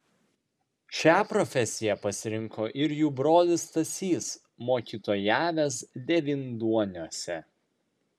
šią profesiją pasirinko ir jų brolis stasys mokytojavęs devynduoniuose